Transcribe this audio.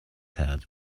had